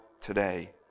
today